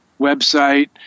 website